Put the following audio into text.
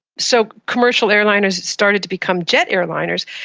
so commercial airliners started to become jet airliners,